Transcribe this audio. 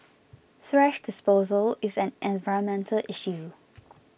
thrash disposal is an environmental issue